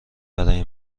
برای